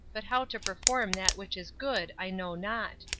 but how to perform that which is good i know not.